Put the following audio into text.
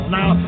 Now